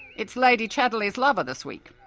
it's lady chatterley's lover this week.